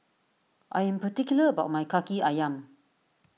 I am particular about my Kaki Ayam